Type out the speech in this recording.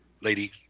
Lady